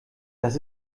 das